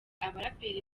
abaraperi